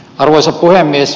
arvoisa puhemies